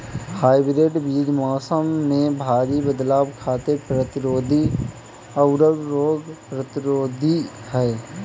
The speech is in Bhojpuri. हाइब्रिड बीज मौसम में भारी बदलाव खातिर प्रतिरोधी आउर रोग प्रतिरोधी ह